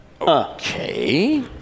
Okay